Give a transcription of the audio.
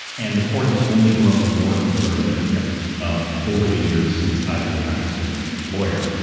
and the court has only grown more conservative yeah um over the years since i've been a practicing lawyer.